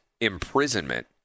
imprisonment